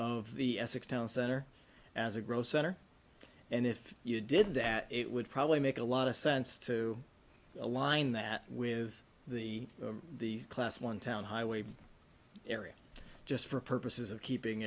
of the essex town center as a grow center and if you did that it would probably make a lot of sense to align that with the the class one town highway area just for purposes of keeping